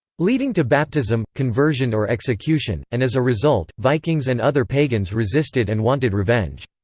leading to baptism, conversion or execution, and as a result, vikings and other pagans resisted and wanted revenge.